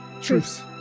Truce